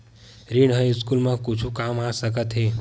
ऋण ह स्कूल मा कुछु काम आ सकत हे?